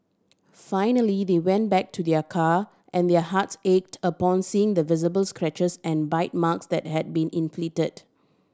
finally they went back to their car and their hearts ached upon seeing the visible scratches and bite marks that had been inflicted